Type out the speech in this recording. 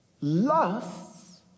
lusts